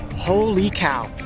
holy cow!